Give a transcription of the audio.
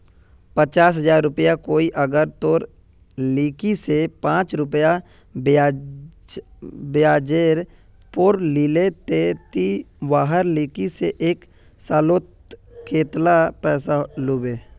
पचास हजार रुपया कोई अगर तोर लिकी से पाँच रुपया ब्याजेर पोर लीले ते ती वहार लिकी से एक सालोत कतेला पैसा लुबो?